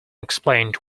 explained